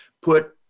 put